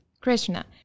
Krishna